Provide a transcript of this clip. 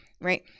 right